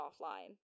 offline